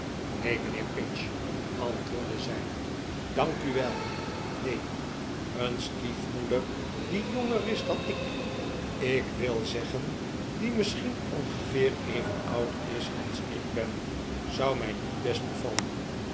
neen mijnheer pinch antwoordde zij dank u wel neen een stiefmoeder die jonger is dan ik ik wil zeggen die misschien ongeveer even oud is als ik ben zou mij niet best bevallen